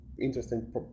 interesting